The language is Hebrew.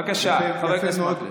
בבקשה, חבר הכנסת מקלב.